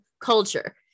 culture